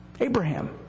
Abraham